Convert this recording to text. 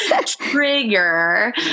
Trigger